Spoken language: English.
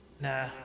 Nah